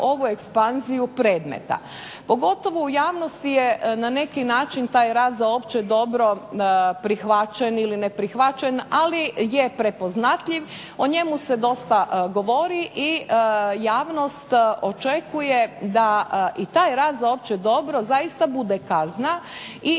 ovu ekspanziju predmeta. Pogotovo u javnosti je na neki način taj rad za opće dobro prihvaćen ili ne prihvaćen ali je prepoznatljiv, o njemu se dosta govori i javnost očekuje da i taj rad za opće dobro zaista bude kazna i